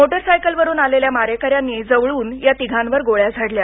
motorcycle वरून आलेल्या मारेकऱ्यांनी जवळून या तिघांवर गोळ्या झाडल्या